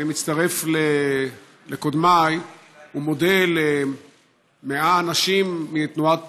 אני מצטרף לקודמיי ומודה ל-100 הנשים מתנועת